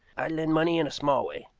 i lend money in a small way,